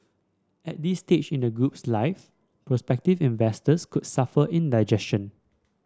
at this stage in the group's life prospective investors could suffer indigestion